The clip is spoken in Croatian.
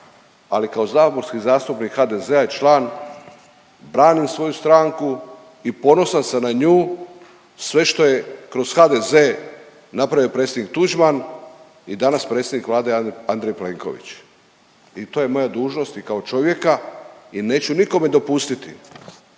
ali kao saborski zastupnik HDZ-a i član branim svoju stranku i ponosan sam na nju. Sve što je kroz HDZ napravio predsjednik Tuđman i danas predsjednik Vlade Andrej Plenković. I to je moja dužnost i kao čovjeka i neću nikome dopustiti